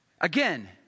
again